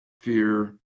fear